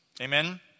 Amen